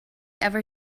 ever